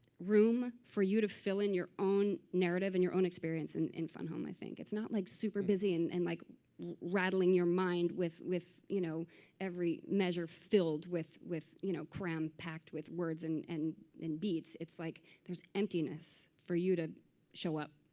room for you to fill in your own narrative in your own experience in in fun home, i think. it's not like super busy and and like rattling your mind with with you know every measure filled with with you know cram-packed with words and and beats. it's like there's emptiness for you to show up.